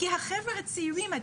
כי החבר'ה הצעירים,